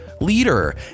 leader